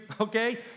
okay